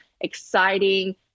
exciting